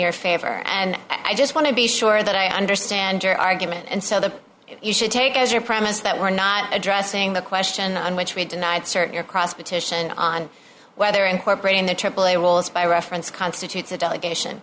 your favor and i just want to be sure that i understand your argument and so the you should take as your premise that we're not addressing the question on which we denied certain across petition on whether incorporating the aaa rules by reference constitutes a delegation